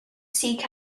seek